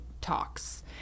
talks